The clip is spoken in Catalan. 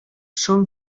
són